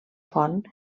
font